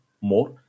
more